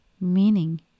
meaning